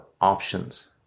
options